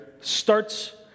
starts